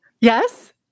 Yes